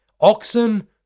Oxen